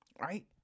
Right